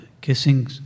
kissing